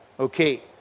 Okay